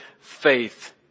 faith